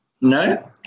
no